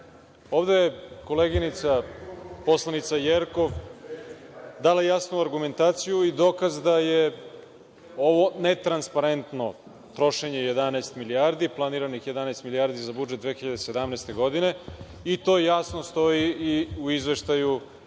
Ovde je koleginica poslanica Jerkov dala jasnu argumentaciju i dokaz da je ovo netransparentno trošenje planiranih 11 milijardi za budžet 2017. godine i to jasno stoji u izveštaju